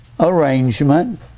arrangement